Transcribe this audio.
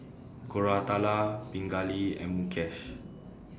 Koratala Pingali and Mukesh